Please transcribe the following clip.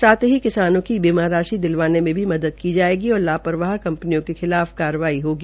साथ ही किसानों की बीमा राशि दिलवाने में मदद दी जायेगी और लापरवाही कंपनियों के खिलाफ काईवाई होगी